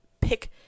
pick